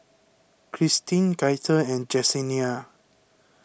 Cristin Gaither and Jessenia